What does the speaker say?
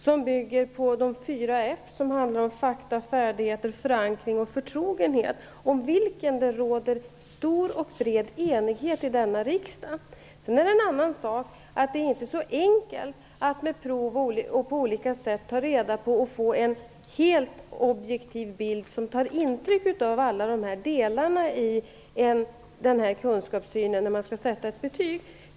Den bygger på fyra f - fakta, färdigheter, förankring och förtrogenhet. Om den råder stor och bred enighet i denna riksdag. Sedan är det en annan sak att det inte är så enkelt att på olika sätt, t.ex. med prov, få en helt objektiv bild där man tar intryck av alla delar i kunskapssynen, när man skall sätta betyg.